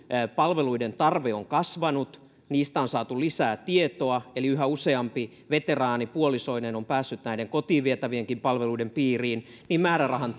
palveluiden tarve on kasvanut niistä on saatu lisää tietoa eli yhä useampi veteraani puolisoineen on päässyt näiden kotiin vietävienkin palveluiden piiriin ja määrärahan